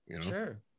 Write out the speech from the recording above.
Sure